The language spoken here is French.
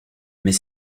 mais